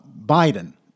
Biden